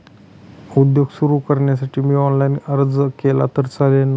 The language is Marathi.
उद्योग सुरु करण्यासाठी मी ऑनलाईन अर्ज केला तर चालेल ना?